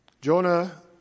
Jonah